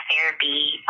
Therapy